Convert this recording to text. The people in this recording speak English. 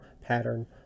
pattern